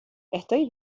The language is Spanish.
estoy